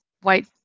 white